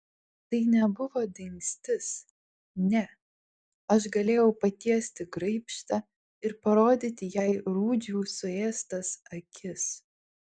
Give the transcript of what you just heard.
tai nebuvo dingstis ne aš galėjau patiesti graibštą ir parodyti jai rūdžių suėstas akis